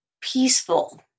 peaceful